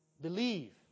believe